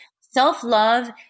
Self-love